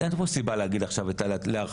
אז אין פה סיבה להרחיב עכשיו את ההגנה.